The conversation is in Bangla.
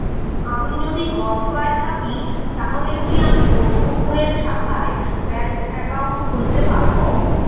আমি যদি গরফায়ে থাকি তাহলে কি আমি বোসপুকুরের শাখায় ব্যঙ্ক একাউন্ট খুলতে পারবো?